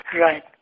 Right